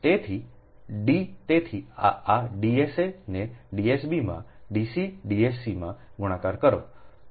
તેથી d તેથી આ d s a ને d s b માં d c d s c માં ગુણાકાર કરો